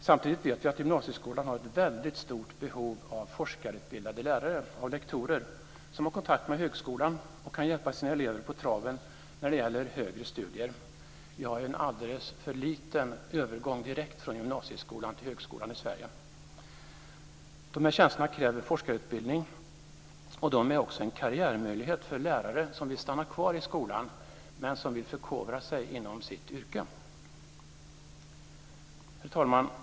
Samtidigt vet vi att gymnasieskolan har ett väldigt stort behov av forskarutbildade lärare och lektorer som har kontakt med högskolan och kan hjälpa sina elever på traven när det gäller högre studier. Vi har en alldeles för liten övergång direkt från gymnasieskolan till högskolan i Sverige. De här tjänsterna kräver forskarutbildning. De är också en karriärmöjlighet för lärare som vill stanna kvar i skolan men som vill förkovra sig inom sitt yrke. Fru talman!